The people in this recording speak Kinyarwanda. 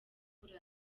korali